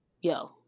yo